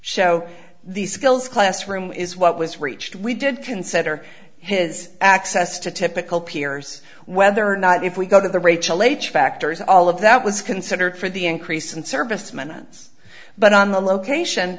show these skills classroom is what was reached we did consider his access to typical peers whether or not if we go to the rachel h factors all of that was considered for the increase in service minutes but on the location